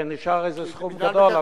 הרי נשאר איזה סכום גדול.